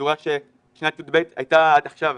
באותה צורה שכיתה י"ב הייתה עד עכשיו,